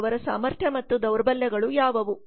ಅವರ ಸಾಮರ್ಥ್ಯ ಮತ್ತು ದೌರ್ಬಲ್ಯಗಳು ಯಾವುವು